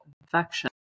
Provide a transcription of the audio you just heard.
infection